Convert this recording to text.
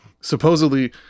Supposedly